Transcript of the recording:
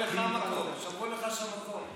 שמרו לך שם מקום.